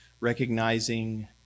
recognizing